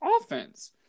offense